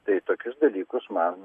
tai tokius dalykus man